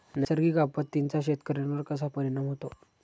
नैसर्गिक आपत्तींचा शेतकऱ्यांवर कसा परिणाम होतो?